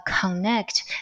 connect